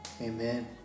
Amen